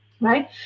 Right